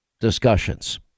discussions